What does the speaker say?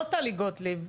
לא טלי גוטליב.